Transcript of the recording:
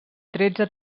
tretze